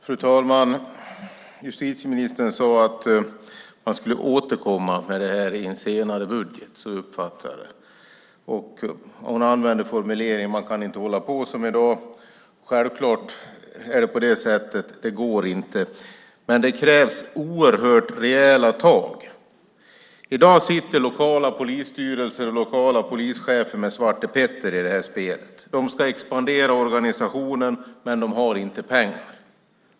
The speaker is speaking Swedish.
Fru talman! Justitieministern sade att man skulle återkomma senare i budgeten. Så uppfattade jag det. Hon använde formuleringen att man inte kan hålla på som i dag. Självklart går det inte hålla på så, det krävs oerhört rejäla tag. I dag sitter lokala polisstyrelser och lokala polischefer med svartepetter i det här spelet. De ska expandera organisationen, men de har inte pengar.